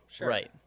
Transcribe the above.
right